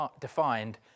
defined